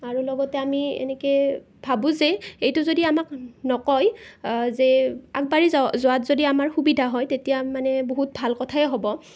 আৰু লগতে আমি এনেকৈ ভাবোঁ যে এইটো যদি আমাক নকয় যে আগবাঢ়ি য যোৱাত যদি আমাৰ সুবিধা হয় তেতিয়া মানে বহুত ভাল কথাই হ'ব